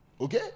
Okay